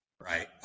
right